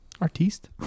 artiste